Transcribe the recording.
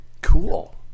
Cool